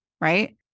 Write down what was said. right